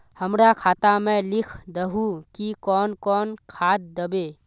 हमरा खाता में लिख दहु की कौन कौन खाद दबे?